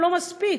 לא מספיק,